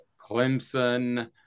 Clemson